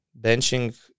benching